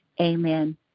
Amen